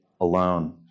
alone